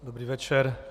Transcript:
Dobrý večer.